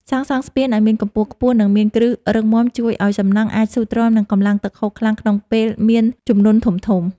សាងសង់ស្ពានឱ្យមានកម្ពស់ខ្ពស់និងមានគ្រឹះរឹងមាំជួយឱ្យសំណង់អាចស៊ូទ្រាំនឹងកម្លាំងទឹកហូរខ្លាំងក្នុងពេលមានជំនន់ធំៗ។